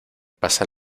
pasa